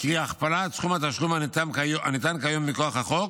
קרי, הכפלת סכום התשלום הניתן כיום מכוח החוק.